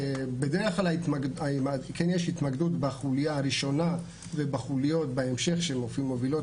בדרך כלל יש התמקדות בחוליה הראשונה ובחוליות בהמשך שמובילות